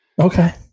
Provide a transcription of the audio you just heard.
Okay